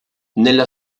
nella